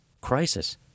crisis